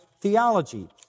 theology